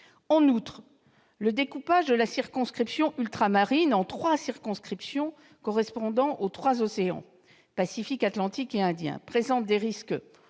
Et le découpage de la circonscription ultramarine en trois circonscriptions correspondant aux trois océans, Pacifique, Atlantique et Indien, présente des risques